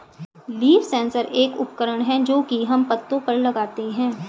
leaf sensor एक उपकरण है जो की हम पत्तो पर लगाते है